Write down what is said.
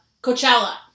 Coachella